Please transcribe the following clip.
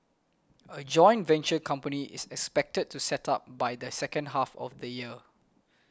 a joint venture company is expected to set up by the second half of the year